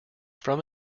from